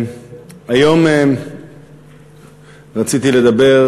היום רציתי לדבר